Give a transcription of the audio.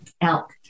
elk